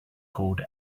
code